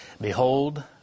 Behold